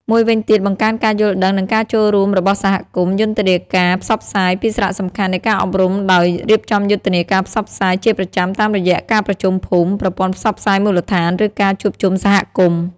មួយវិញទៀតបង្កើនការយល់ដឹង និងការចូលរួមរបស់សហគមន៍ យុទ្ធនាការផ្សព្វផ្សាយពីសារៈសំខាន់នៃការអប់រំ ដោយ រៀបចំយុទ្ធនាការផ្សព្វផ្សាយជាប្រចាំតាមរយៈការប្រជុំភូមិ ប្រព័ន្ធផ្សព្វផ្សាយមូលដ្ឋាន ឬការជួបជុំសហគមន៍ ។